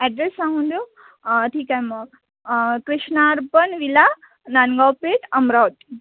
address सांगून देऊ ठीक आहे मग कृष्णार्पण विला नांदगाव पेठ अमरावती